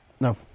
No